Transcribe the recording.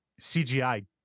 cgi